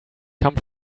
come